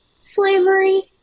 slavery